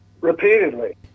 repeatedly